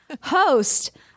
host